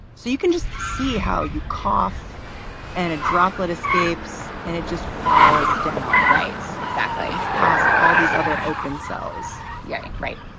so you can just see how you cough and a droplet escapes. and it just falls down. right. exactly. past all these other open cells. yeah. right.